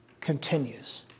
continues